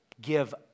Give